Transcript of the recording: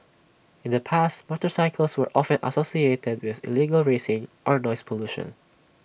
in the past motorcycles were often associated with illegal racing or noise pollution